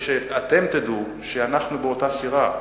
שאתם תדעו שאנחנו באותה סירה.